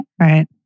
right